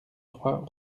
trois